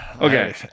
Okay